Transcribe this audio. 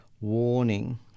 warning